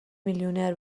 میلیونر